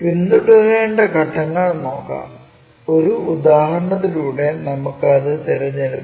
പിന്തുടരേണ്ട ഘട്ടങ്ങൾ നോക്കാം ഒരു ഉദാഹരണത്തിലൂടെ നമുക്ക് അത് തിരഞ്ഞെടുക്കാം